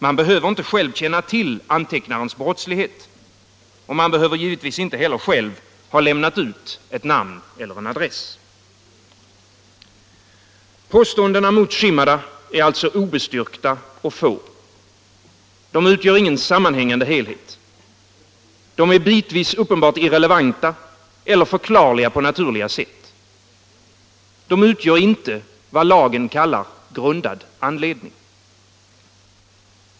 Man behöver inte själv känna till antecknarens brottslighet, och man behöver givetvis inte heller själv ha lämnat ut ett namn eller en adress. Påståendena mot Shimada är alltså obestyrkta och få. De utgör ingen sammanhängande helhet. De är bitvis uppenbart irrelevanta eller förklarliga på naturligt sätt. De utgör inte vad lagen kallar grundad anledning.